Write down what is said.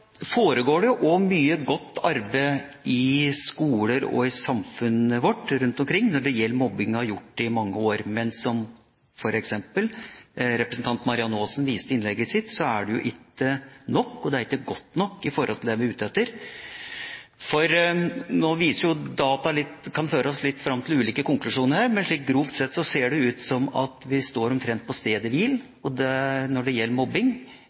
i samfunnet vårt når det gjelder mobbing, og det har det gjort i mange år. Men som representanten Marianne Aasen viste til i innlegget sitt, er det ikke nok. Det er ikke godt nok for å oppnå det vi er ute etter. Data kan føre oss fram til ulike konklusjoner her, men grovt sett ser det ut til at vi står omtrent på stedet hvil når det gjelder mobbing